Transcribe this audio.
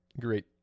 great